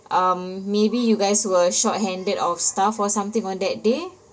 um maybe you guys were shorthanded of staff or something on that day